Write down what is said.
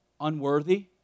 unworthy